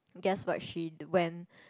guess what she went